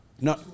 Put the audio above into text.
No